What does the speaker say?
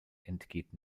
entgeht